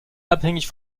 abhängig